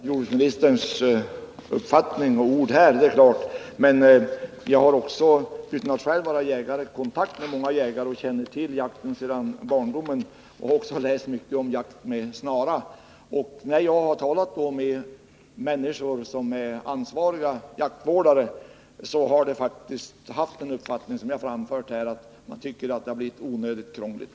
Herr talman! Självfallet respekterar jag jordbruksministerns uppfattning och ord i den här frågan. Jag är själv inte jägare, men jag har kontakt med många jägare och jag känner till den här sortens jakt sedan barndomen. Dessutom har jag läst mycket om jakt med fotsnara. Jag har talat med ansvariga jaktvårdare, och dessa har faktiskt givit uttryck för samma uppfattning som jag här har redogjort för, nämligen att det har blivit onödigt krångligt.